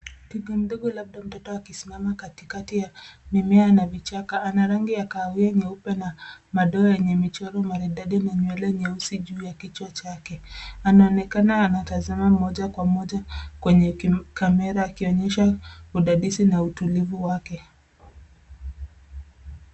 Twiga mdogo labda mtoto akisimama katikati ya mimea na vichaka. Ana rangi ya kahawia, nyeupe na madoa yenye michoro maridadi na nywele nyeusi juu ya kichwa chake. Anaonekana anatazama moja kwa moja kwenye kamera akionyesha udadisi na utulivu wake.